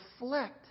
reflect